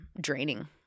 draining